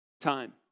time